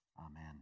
Amen